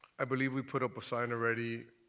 i believe we put up a sign already.